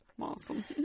Awesome